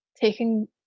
taking